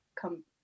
come